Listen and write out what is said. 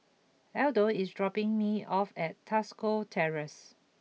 Adolf is dropping me off at Tosca Terrace